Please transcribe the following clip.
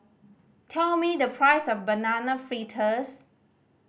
tell me the price of Banana Fritters